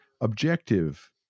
objective